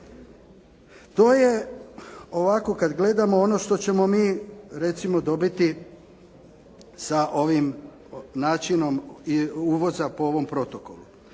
To je ovako kad gledamo ono što ćemo mi recimo dobiti sa ovim načinom i uvoza po ovom protokolu.